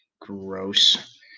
Gross